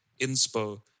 inspo